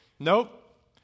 Nope